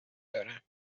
دارم